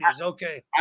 okay